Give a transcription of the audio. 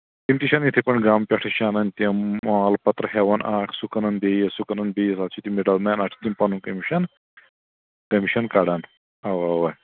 تِم تہِ چھِ یِتھَے پٲٹھۍ گامہٕ پٮ۪ٹھٕے چھِ اَنان تِم مال پَترٕ ہٮ۪وان اَکھ سُہ کٕنان بیٚیِس سُہ کٕنان بیٚیِس اَتھ چھِ تِم مِڈٕل مین اَتھ چھِ تِم پَنُن کٔمِشَن کٔمِشَن کَڑان اَوا اَوا